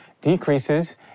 decreases